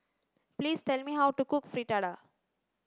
please tell me how to cook Fritada